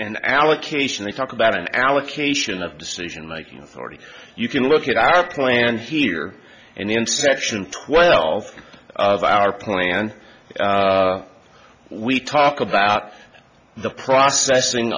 an allocation they talk about an allocation of decision making authority you can look at our plan here in section twelve of our plan and we talk about the processing